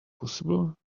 possible